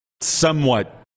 somewhat